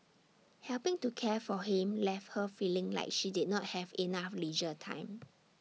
helping to care for him left her feeling like she did not have enough leisure time